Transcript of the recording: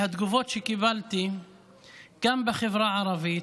מהתגובות שקיבלתי גם בחברה הערבית,